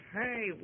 Hey